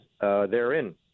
therein